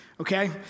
okay